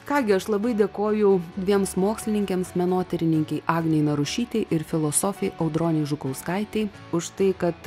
ką gi aš labai dėkoju dviems mokslininkėms menotyrininkei agnei narušytei ir filosofei audronei žukauskaitei už tai kad